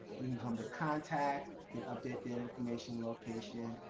you can come to contact, get update that information location.